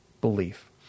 belief